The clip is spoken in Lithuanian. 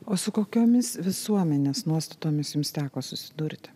o su kokiomis visuomenės nuostatomis jums teko susidurti